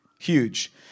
Huge